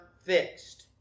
fixed